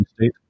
state